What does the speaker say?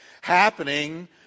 happening